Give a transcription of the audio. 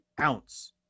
ounce